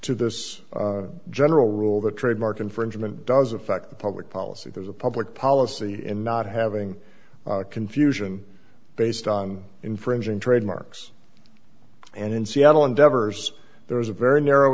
to this general rule the trademark infringement does affect the public policy there's a public policy in not having confusion based on infringing trademarks and in seattle endeavors there is a very narrow